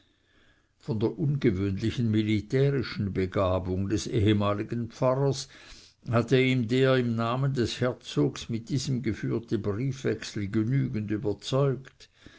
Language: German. von der ungewöhnlichen militärischen begabung des ehemaligen pfarrers hatte ihn der im namen des herzogs mit diesem geführte briefwechsel genügend überzeugt